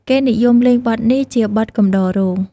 គេនិយមលេងបទនេះ ជាបទកំដររោង។